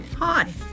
Hi